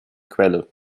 quelle